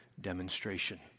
demonstration